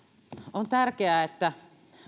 on tärkeää että